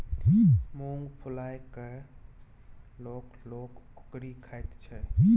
मुँग फुलाए कय लोक लोक ओकरी खाइत छै